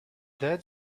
dead